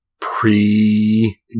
pre